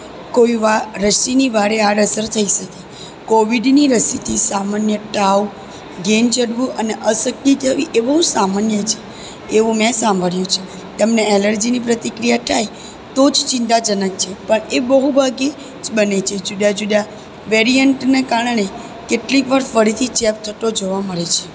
કોઈવાર રસીની ભારે આડઅસર થઈ શકે કોવિડની રસીથી સામાન્ય તાવ ઘેન ચડવું અને અશક્તિ થવી એ બહુ સામાન્ય છે એવું મેં સાંભળ્યું છે તમને એલર્જીની પ્રતિક્રિયા થાય તો જ ચિંતાજનક છે પણ એ બહુભાગી જ બને છે જુદા જુદા વેરીએન્ટને કારણે કેટલીક વાર ફરીથી ચેપ થતો જોવા મળે છે